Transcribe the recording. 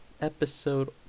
episode